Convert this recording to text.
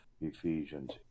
Ephesians